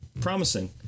Promising